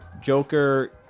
Joker